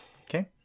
Okay